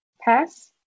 pass